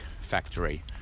factory